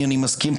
אני מסכים,